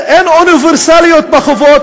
אין אוניברסליות בחובות,